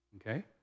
okay